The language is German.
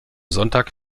sonntag